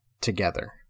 together